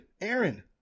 Aaron